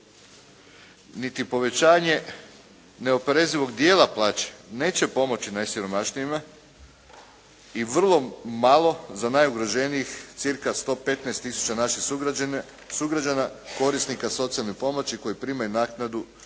niti povećanje neoporezivog dijela plaće neće pomoći najsiromašnijima i vrlo malo za najugroženijih cirka 115000 naših sugrađana korisnika socijalne pomoći koji primaju naknadu